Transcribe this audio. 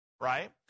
right